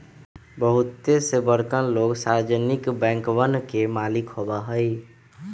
बहुते से बड़कन लोग सार्वजनिक बैंकवन के मालिक होबा हई